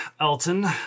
Elton